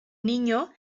niño